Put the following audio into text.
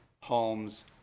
homes